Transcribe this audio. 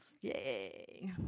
Yay